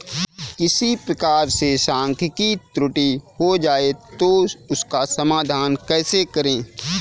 किसी प्रकार से सांख्यिकी त्रुटि हो जाए तो उसका समाधान कैसे करें?